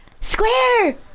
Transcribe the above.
square